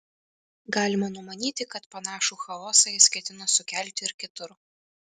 galima numanyti kad panašų chaosą jis ketina sukelti ir kitur